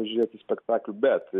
žiūrėti spektaklių bet